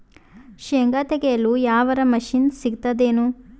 ಶೇಂಗಾ ತೆಗೆಯಲು ಯಾವರ ಮಷಿನ್ ಸಿಗತೆದೇನು?